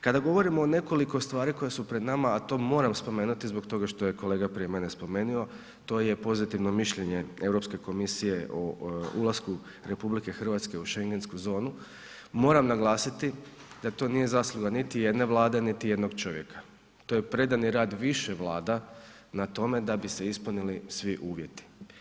Kada govorimo o nekoliko stvari koje su pred nama, a to moram spomenuti zbog toga što je kolega prije mene spomenio, to je pozitivno mišljenje Europske komisije o ulasku RH u Schengensku zonu, moram naglasiti da to nije zasluga niti jedne Vlade, niti jednog čovjeka, to je predani rad više Vlada na tome da bi se ispunili svi uvjeti.